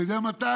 אתה יודע מתי?